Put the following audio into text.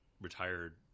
retired